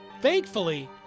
Thankfully